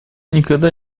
никогда